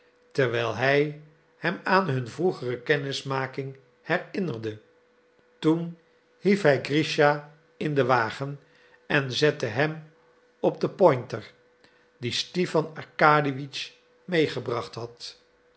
terwijl hij hem aan hun vroegere kennismaking herinnerde toen hief hij grischa in den wagen en zette hem op den pointer dien stipan arkadiewitsch meegebracht had